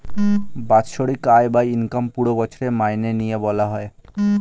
বাৎসরিক আয় বা ইনকাম পুরো বছরের মাইনে নিয়ে বলা হয়